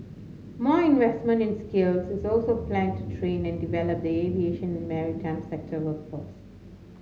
more investment in skills is also planned to train and develop the aviation maritime sector workforce